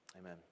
Amen